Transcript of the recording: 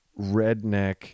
redneck